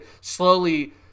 Slowly